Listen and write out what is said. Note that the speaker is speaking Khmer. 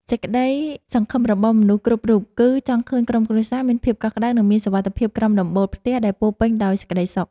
សេចក្ដីសង្ឃឹមរបស់មនុស្សគ្រប់រូបគឺ ចង់ឃើញក្រុមគ្រួសារមានភាពកក់ក្ដៅនិងមានសុវត្ថិភាពក្រោមដំបូលផ្ទះដែលពោរពេញដោយសេចក្ដីសុខ។